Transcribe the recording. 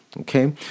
okay